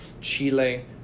Chile